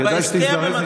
כדאי שתזדרז.